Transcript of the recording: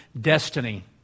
destiny